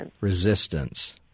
Resistance